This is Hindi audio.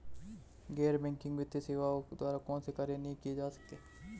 गैर बैंकिंग वित्तीय सेवाओं द्वारा कौनसे कार्य नहीं किए जा सकते हैं?